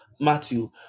Matthew